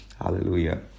Hallelujah